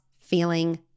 feeling